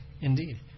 Indeed